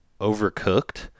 overcooked